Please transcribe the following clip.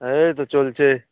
এই তো চলছে